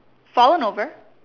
fallen over